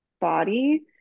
body